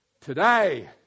Today